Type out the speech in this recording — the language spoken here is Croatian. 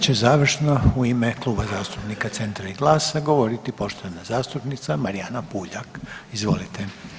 I sad će završno u ime Kluba zastupnika Centra i GLAS-a govoriti poštovana zastupnica Marijana Puljak, izvolite.